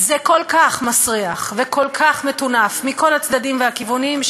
זה כל כך מסריח וכל כך מטונף מכל הצדדים והכיוונים,